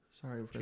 Sorry